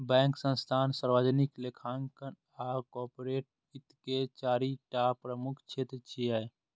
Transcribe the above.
bank, संस्थान, सार्वजनिक लेखांकन आ कॉरपोरेट वित्त के चारि टा प्रमुख क्षेत्र छियै